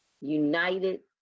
united